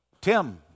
Tim